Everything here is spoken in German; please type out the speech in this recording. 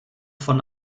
von